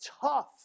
tough